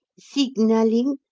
signalling?